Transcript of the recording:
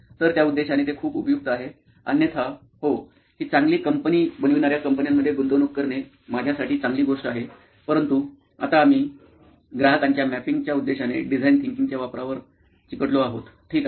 तर त्या उद्देशाने ते खूप उपयुक्त आहे अन्यथा हो ही चांगली कंपनी बनविणार्या कंपन्यांमध्ये गुंतवणूक करणे माझ्यासाठी चांगली गोष्ट आहे परंतु आता आम्ही ग्राहकांच्या मॅपिंगच्या उद्देशाने डिझाईन थिंकींग च्या वापरावर चिकटलो आहोत ठीक आहे